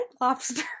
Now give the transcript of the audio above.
lobster